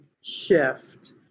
shift